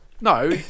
No